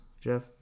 Jeff